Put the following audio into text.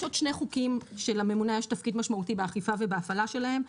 יש עוד שני חוקים שלממונה יש תפקיד משמעותי באכיפה ובהפעלה שלהם.